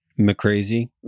McCrazy